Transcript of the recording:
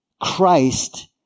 Christ